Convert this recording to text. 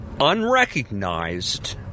unrecognized